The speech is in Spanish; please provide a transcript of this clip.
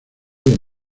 del